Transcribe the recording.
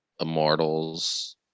Immortals